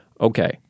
okay